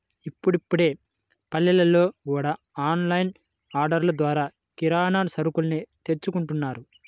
ఇప్పుడిప్పుడే పల్లెల్లో గూడా ఆన్ లైన్ ఆర్డర్లు ద్వారా కిరానా సరుకుల్ని తెప్పించుకుంటున్నారు